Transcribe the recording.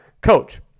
coach